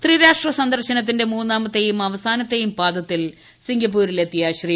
ത്രിരാഷ്ട്ര സന്ദർശനത്തിന്റെ മൂന്നാമത്തെയും അവസാനത്തേയും പാദത്തിൽ സിംഗപ്പൂരിൽ എത്തിയ ശ്രീ